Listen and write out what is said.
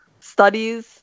studies